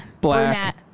black